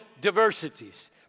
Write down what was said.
diversities